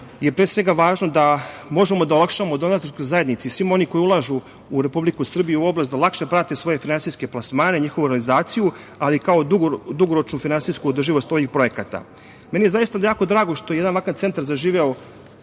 je pre svega važno da možemo da olakšamo donatorskoj zajednici i svima onima koji ulažu u Republiku Srbiju da lakše prate svoje finansijske plasmane, njihovu realizaciju, ali kao dugoročnu finansijsku održivost ovih projekata. Meni je zaista jako drago što jedan ovakav centar zaživeo